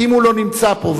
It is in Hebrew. כי אם הוא לא נמצא פה,